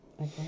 okay